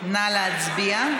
נא להצביע.